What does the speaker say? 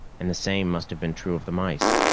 and the same must have been true of the mice.